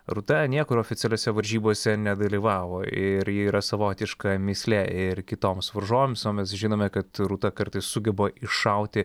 rūta niekur oficialiose varžybose nedalyvavo ir ji yra savotiška mįslė ir kitoms varžovėms o mes žinome kad rūta kartais sugeba iššauti